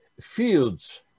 fields